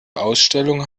ausstellung